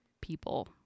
people